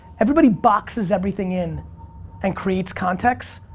everybody boxes everything in and creates context,